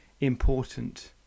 important